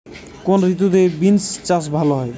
কোন ঋতুতে বিন্স চাষ ভালো হয়?